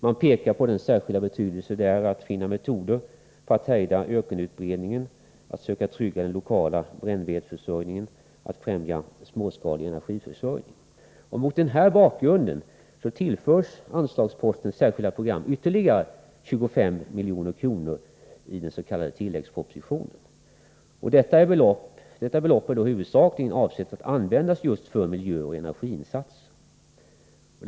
Man pekar på den särskilda betydelsen av att finna metoder för att hejda ökenutbredningen, att söka trygga den lokala brännvedsförsörjningen och att främja småskalig energiförsörjning. Mot den här bakgrunden tillförs anslagsposten Särskilda program ytterligare 25 milj.kr. i dens.k. tilläggspropositionen. Detta belopp är huvudsakligen avsett för miljöoch energiinsatser.